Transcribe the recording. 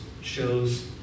shows